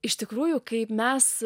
iš tikrųjų kaip mes